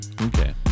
Okay